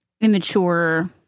immature